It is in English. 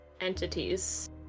Entities